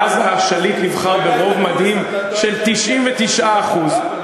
ואז השליט נבחר ברוב מדהים של 99%. חבר הכנסת אקוניס,